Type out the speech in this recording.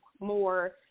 more